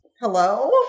Hello